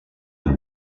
amb